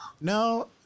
no